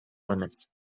limits